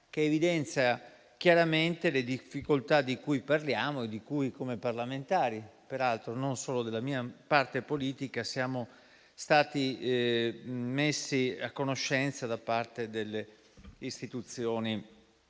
che evidenzia chiaramente le difficoltà di cui parliamo e di cui, come parlamentari, peraltro non solo della mia parte politica, siamo stati messi a conoscenza da parte delle istituzioni